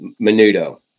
menudo